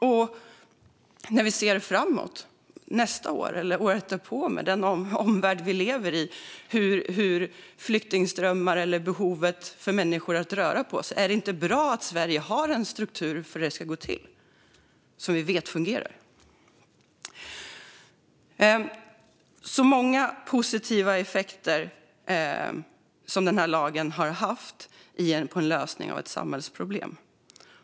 Vi kan se framåt till nästa år eller året därpå med den omvärld vi lever i med flyktingströmmar och behovet för människor att röra på sig. Är det inte bra att Sverige har en struktur för hur det ska gå till som vi vet fungerar? Lagen har haft många positiva effekter för en lösning av ett samhällsproblem.